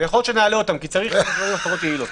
יכול להיות שנעלה את זה כי צריך --- הפרות יעילות.